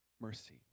mercy